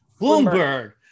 Bloomberg